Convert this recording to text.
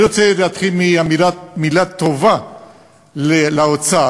אני רוצה להתחיל באמירת מילה טובה לאוצר,